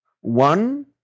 One